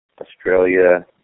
Australia